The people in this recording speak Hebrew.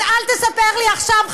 אז אל תספר לי עכשיו,